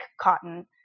cotton